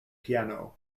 piano